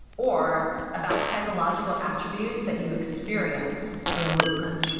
or about psychological attributes that you experience through movement,